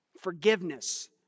Forgiveness